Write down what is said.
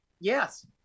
Yes